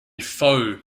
foe